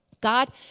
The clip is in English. God